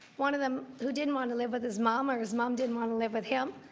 one of them who didn't want to live with his mom or his mom didn't want to live with him,